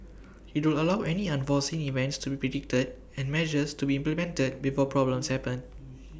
IT will allow any unforeseen events to be predicted and measures to be implemented before problems happen